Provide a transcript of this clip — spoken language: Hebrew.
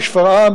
בשפרעם,